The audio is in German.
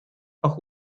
auch